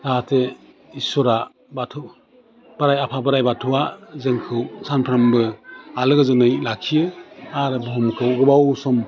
जाहाथे इस्वरा बाथौ बोराइ आफा बोराइ बाथौवा जोंखौ सामफ्रामबो आलो गोजोनै लाखियो आरो बुहुमखौ गोबाव सम